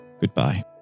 goodbye